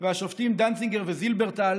והשופטים דנציגר וזילברטל,